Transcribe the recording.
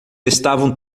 estavam